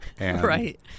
Right